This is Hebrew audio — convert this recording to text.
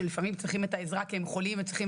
שלפעמים צריכים את העזרה כי הם חולים או צריכים